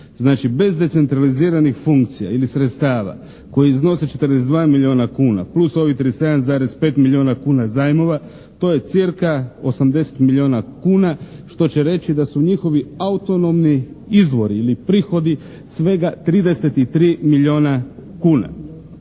bez decentraliziranih funkcija ili sredstva koji iznose 42 milijuna kuna plus ovih 37,5 milijuna kuna zajmova to je cca 80 milijuna kuna što će reći da su njihovi autonomni izvori ili prihodi svega 33 milijuna kuna.